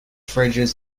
fridges